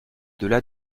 delà